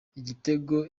igitego